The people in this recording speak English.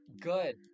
good